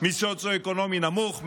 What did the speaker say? מסוציו-אקונומי נמוך,